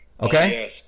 Okay